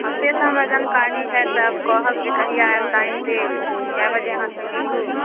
हँ से तऽ हमरा जनकारी हए तब कहब जे कहिआ आएब टाइम देब कए बजे अहाँसँ मीलू